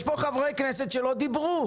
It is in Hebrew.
יש פה חברי כנסת שעוד לא דיברו.